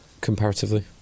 comparatively